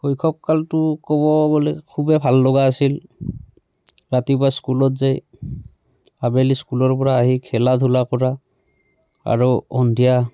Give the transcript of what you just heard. শৈশৱকালটো ক'ব গ'লে খুবেই ভাল লগা আছিল ৰাতিপুৱা স্কুলত যাই আবেলি স্কুলৰ পৰা আহি খেলা ধূলা কৰা আৰু সন্ধিয়া